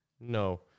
No